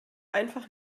einfach